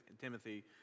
Timothy